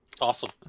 Awesome